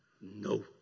No